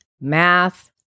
math